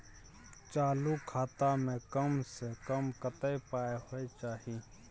चालू खाता में कम से कम कत्ते पाई होय चाही?